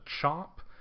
chop